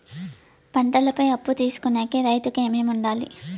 పంటల పై అప్పు తీసుకొనేకి రైతుకు ఏమేమి వుండాలి?